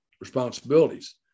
responsibilities